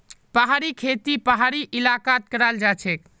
पहाड़ी खेती पहाड़ी इलाकात कराल जाछेक